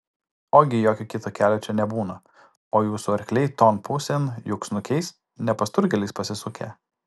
ogi jokio kito kelio čia nebūna o jūsų arkliai ton pusėn juk snukiais ne pasturgaliais pasisukę